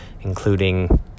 including